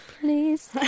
Please